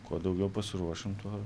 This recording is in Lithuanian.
kuo daugiau pasiruošim tuo